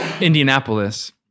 Indianapolis